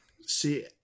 See